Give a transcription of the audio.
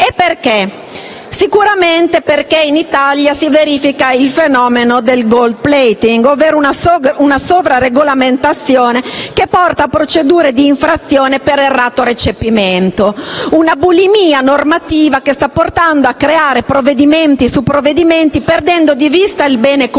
Questo sicuramente perché in Italia si verifica il fenomeno del *gold plating*, ovvero una sovraregolamentazione che porta a procedure di infrazione per errato recepimento. Una bulimia normativa che sta portando a approvare provvedimenti su provvedimenti perdendo di vista il bene comune.